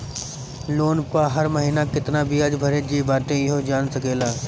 loan पअ हर महिना केतना बियाज भरे जे बाटे इहो जान सकेला